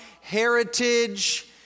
heritage